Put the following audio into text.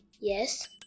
Yes